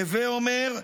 הווה אומר,